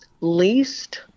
least